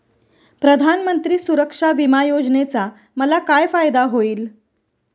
प्रधानमंत्री सुरक्षा विमा योजनेचा मला काय फायदा होईल?